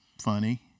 funny